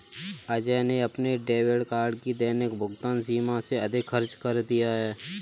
अजय ने अपने debit card की दैनिक भुगतान सीमा से अधिक खर्च कर दिया